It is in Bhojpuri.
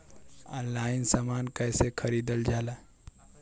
ऑनलाइन समान कैसे खरीदल जाला?